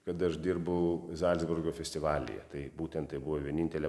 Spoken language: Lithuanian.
kada aš dirbau zalcburgo festivalyje tai būtent tai buvo vienintelė